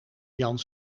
jan